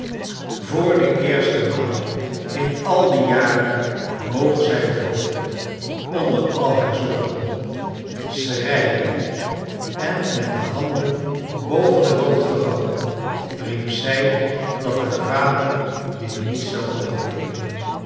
voor de eerste maal in al die jaren boog zij het hoofd onder al haar zorgen schreiend en met de handen boven het hoofd gevouwen riep zij dat haar vader dit niet zou overleven